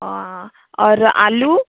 और आलू